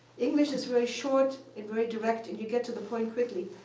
english is very short and very direct, and you get to the point quickly.